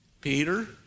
Peter